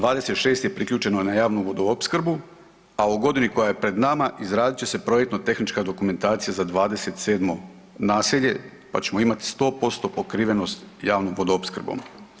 26 je priključeno na javnu vodoopskrbu, a u godini koja je pred nama izradit će se projektno-tehnička dokumentacija za 27 naselje, pa ćemo imati 100% pokrivenost javnom vodoopskrbom.